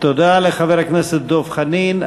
תודה לחבר הכנסת דב חנין.